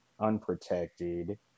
unprotected